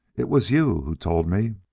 it was you who told me